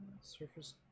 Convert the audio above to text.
Surface